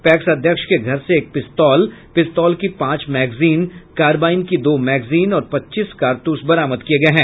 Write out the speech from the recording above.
PACS अध्यक्ष के घर से एक पिस्तौल पिस्तौल की पांच मैगजीन कारबाईन की दो मैगजीन और पच्चीस कारतूस बरामद किये गये हैं